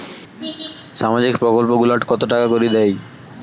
সামাজিক প্রকল্প গুলাট কত টাকা করি দেয়?